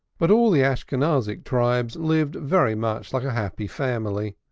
but all the ashkenazic tribes lived very much like a happy family,